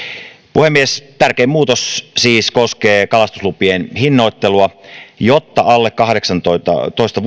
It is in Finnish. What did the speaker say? puhemies tärkein muutos siis koskee kalastuslupien hinnoittelua jotta alle kahdeksantoista